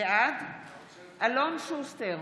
בעד אלון שוסטר,